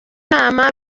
nama